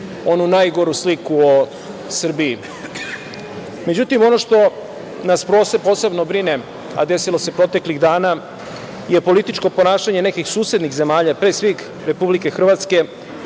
onu najgoru sliku o Srbiji.Međutim, ono što nas posebno brine, a desilo se proteklih dana, je političko ponašanje nekih susednih zemalja, pre svih Republike Hrvatske,